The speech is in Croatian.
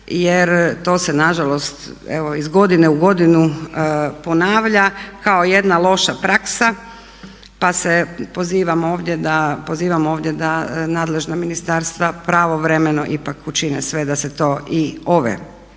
jer to se nažalost evo iz godine u godinu ponavlja kao jedna loša praksa. Pa pozivam ovdje da nadležna ministarstva pravovremeno ipak učine sve da se to i ove,